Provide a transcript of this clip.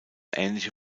ähnliche